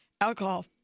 alcohol